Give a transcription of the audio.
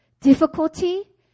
difficulty